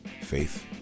Faith